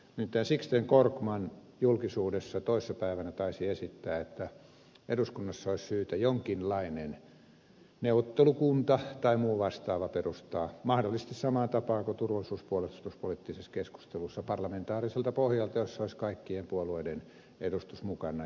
nimittäin sixten korkman julkisuudessa toissapäivänä taisi esittää että eduskunnassa olisi syytä jonkinlainen neuvottelukunta tai muu vastaava perustaa mahdollisesti samaan tapaan kuin turvallisuus ja puolustuspoliittisessa keskustelussa parlamentaariselta pohjalta jossa olisi kaikkien puolueiden edustus mukana